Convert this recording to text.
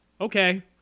Okay